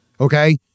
Okay